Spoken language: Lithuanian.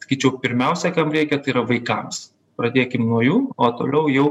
sakyčiau pirmiausia kam reikia tai yra vaikams pradėkim nuo jų o toliau jau